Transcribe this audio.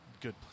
good